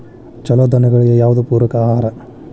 ಛಲೋ ದನಗಳಿಗೆ ಯಾವ್ದು ಪೂರಕ ಆಹಾರ?